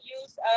use